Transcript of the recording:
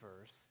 first